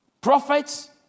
prophets